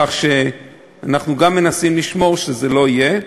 כך שאנחנו גם מנסים לשמור שזה לא יהיה.